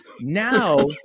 Now